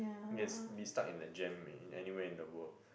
yes be stuck in the jam may anywhere in the world